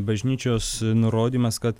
bažnyčios nurodymas kad